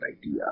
idea